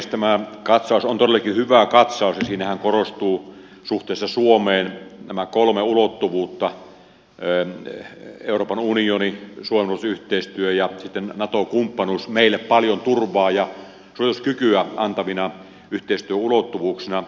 tämä katsaus on todellakin hyvä katsaus ja siinähän korostuvat suhteessa suomeen nämä kolme ulottuvuutta euroopan unioni suomen ja ruotsin yhteistyö ja nato kumppanuus meille paljon turvaa ja suorituskykyä antavina yhteistyöulottuvuuksina